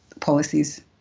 policies